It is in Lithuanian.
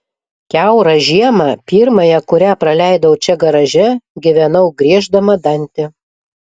kiaurą žiemą pirmąją kurią praleidau čia garaže gyvenau grieždama dantį